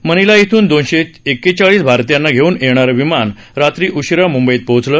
मनिला येथून दोनशे एकेचाळीस भारतीयांना घेऊन येणारं विमान रात्री उशिरा मुंबईत पोहचेल